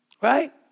Right